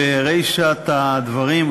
ברישת הדברים,